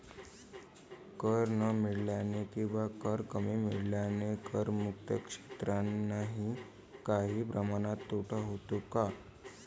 कर न मिळाल्याने किंवा कर कमी मिळाल्याने करमुक्त क्षेत्रांनाही काही प्रमाणात तोटा होतो का?